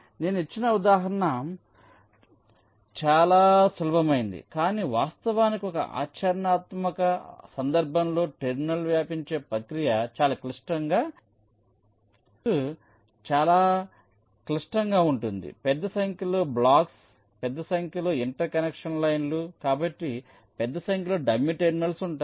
నేను ఇచ్చిన ఈ ఉదాహరణ చాలా సులభమైనది కానీ వాస్తవానికి ఒక ఆచరణాత్మక సందర్భంలో టెర్మినల్ వ్యాపించే ప్రక్రియ చాలా క్లిష్టంగా ఉంటుంది ఎందుకంటే నెట్ చాలా క్లిష్టంగా ఉంటుంది పెద్ద సంఖ్యలో బ్లాక్స్ పెద్ద సంఖ్యలో ఇంటర్ కనెక్షన్ లైన్లు కాబట్టి పెద్ద సంఖ్యలో డమ్మీ టెర్మినల్స్ ఉంటాయి